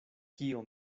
kio